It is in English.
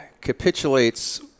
capitulates